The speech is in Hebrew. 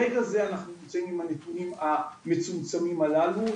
ברגע זה אנחנו נמצאים עם הנתונים המצומצמים הללו.